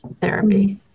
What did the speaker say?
therapy